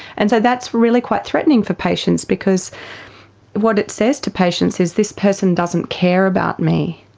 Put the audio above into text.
and so that's really quite threatening for patients because what it says to patients is this person doesn't care about me.